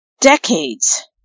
decades